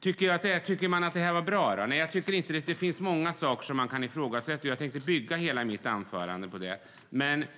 Var det bra? Nej, jag tycker att det finns många saker man kan ifrågasätta, och jag hade tänkt bygga hela mitt anförande på det.